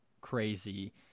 crazy